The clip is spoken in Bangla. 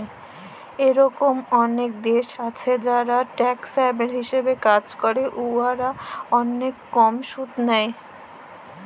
ইরকম অলেকলা দ্যাশ আছে যারা ট্যাক্স হ্যাভেল হিসাবে কাজ ক্যরে উয়ারা অলেক কম সুদ লেই